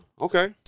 okay